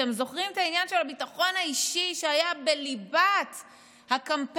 אתם זוכרים את העניין של הביטחון האישי שהיה בליבת הקמפיין?